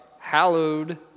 hallowed